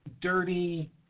dirty